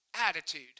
attitude